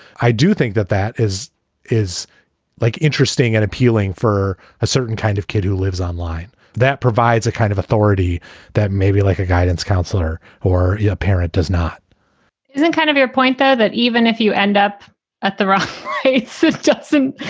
i do think that that is is like interesting and appealing for a certain kind of kid who lives online that provides a kind of authority that maybe like a guidance counselor or yeah a parent does not doesn't kind of your point there that even if you end up at the wrong jutsen,